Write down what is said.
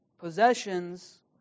possessions